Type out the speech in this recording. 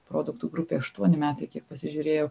produktų grupei aštuoni metai kiek pasižiūrėjau